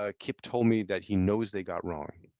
ah kip told me that he knows they got wrong,